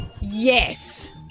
Yes